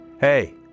Hey